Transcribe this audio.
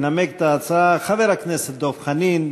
ינמק את ההצעה חבר הכנסת דב חנין.